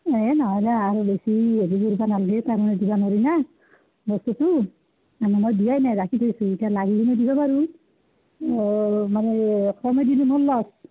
এই নহ'লে আৰু বেছি কৰিব নালাগে না বস্তুটো মানে মই দিয়াই নাই ৰাখি থৈছিলোঁ এতিয়া লাগে যদি দিব পাৰোঁ অঁ মানে